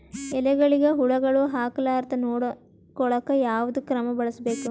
ಎಲೆಗಳಿಗ ಹುಳಾಗಳು ಹತಲಾರದೆ ನೊಡಕೊಳುಕ ಯಾವದ ಕ್ರಮ ಬಳಸಬೇಕು?